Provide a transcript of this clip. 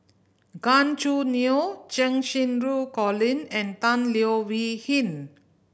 Gan Choo Neo Cheng Xinru Colin and Tan Leo Wee Hin